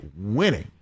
winning